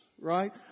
right